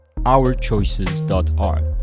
ourchoices.art